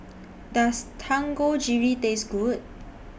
Does Dangojiru Taste Good